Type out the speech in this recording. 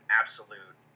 absolute